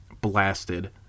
blasted